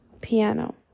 piano